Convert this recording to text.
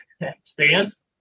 experience